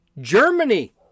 Germany